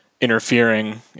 interfering